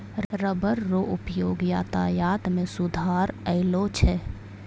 rubber रो उपयोग यातायात मे सुधार अैलौ छै